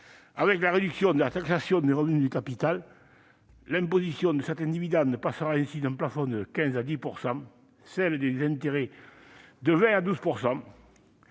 à la réduction de la taxation des revenus du capital. L'imposition de certains dividendes passera ainsi d'un plafond de 15 % à 10 %, et celle des intérêts de 20 % à 12 %.